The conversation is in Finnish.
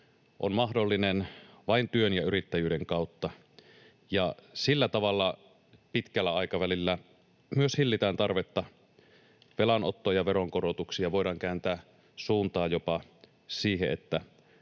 on mahdollinen vain työn ja yrittäjyyden kautta, ja sillä tavalla pitkällä aikavälillä myös hillitään tarvetta velanottoon ja veronkorotuksiin ja voidaan kääntää suuntaa jopa siihen, että